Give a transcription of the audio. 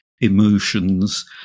emotions